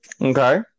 Okay